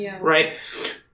right